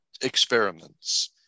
experiments